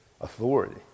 authority